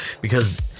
because-